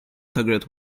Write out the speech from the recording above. target